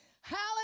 Hallelujah